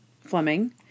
fleming